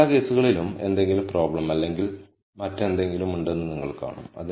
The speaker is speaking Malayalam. മറ്റെല്ലാ കേസുകളിലും എന്തെങ്കിലും പ്രോബ്ലം അല്ലെങ്കിൽ മറ്റെന്തെങ്കിലും ഉണ്ടെന്ന് നിങ്ങൾ കാണും